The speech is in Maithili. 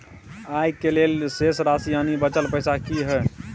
आय के लेल शेष राशि यानि बचल पैसा की हय?